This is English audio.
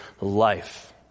life